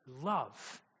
Love